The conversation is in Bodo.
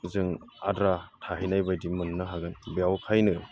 जों आद्रा थाहैनाय बायदि मोननो हागोन बेखायनो